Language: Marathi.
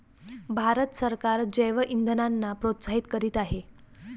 भारत सरकार जैवइंधनांना प्रोत्साहित करीत आहे